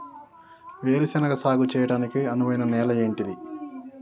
వేరు శనగ సాగు చేయడానికి అనువైన నేల ఏంటిది?